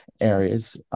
areas